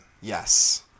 Yes